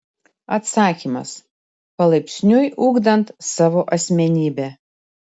atsakymas palaipsniui ugdant savo asmenybę